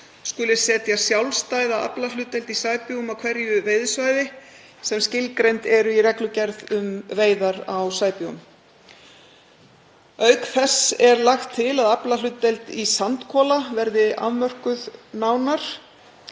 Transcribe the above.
skuli setja sjálfstæða aflahlutdeild í sæbjúgum á hverju veiðisvæði sem skilgreint er í reglugerð um veiðar á sæbjúgum. Auk þess er lagt til að aflahlutdeild í sandkola verði afmörkuð nánar